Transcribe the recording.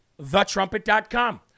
thetrumpet.com